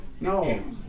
no